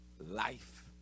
life